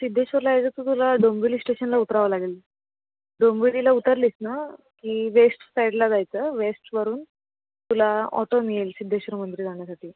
सिद्धेश्वरला यायचं आहे तर तुला डोंबिवली स्टेशनला उतरावं लागेल डोंबिवलीला उतरलीस ना की वेश्ट साईडला जायचं वेश्टवरून तुला ऑटो मिळेल सिद्धेश्वर मंदिर जाण्यासाठी